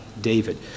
David